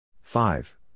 Five